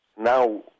now